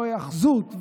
לא היאחזות,